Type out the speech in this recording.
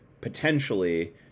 potentially